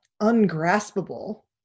ungraspable